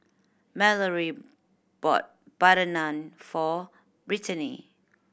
Malorie bought butter naan for Brittaney